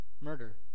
murder